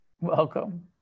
Welcome